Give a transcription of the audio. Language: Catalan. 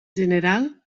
general